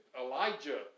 Elijah